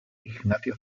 ignacio